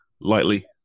lightly